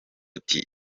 ati